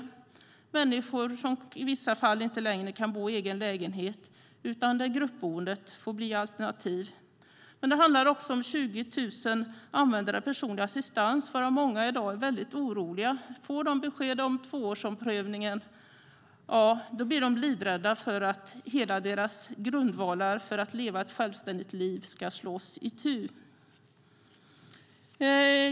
Det är människor som i vissa fall inte längre kan bo i egen lägenhet utan där gruppboendet får bli alternativet. Det handlar också om 20 000 användare av personlig assistans varav många i dag är väldigt oroliga. Får de besked om tvåårsomprövningen blir de livrädda för att förutsättningarna för att de ska kunna leva ett självständigt liv ska slås itu.